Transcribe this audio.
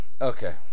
Okay